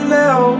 now